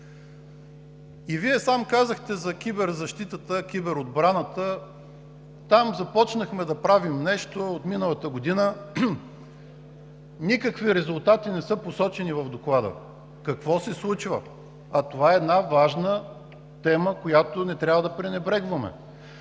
Вие казахте за киберзащитата, киберотбраната. Там започнахме да правим нещо от миналата година. Никакви резултати не са посочени в Доклада какво се случва, а това е важна тема, която не трябва да пренебрегваме.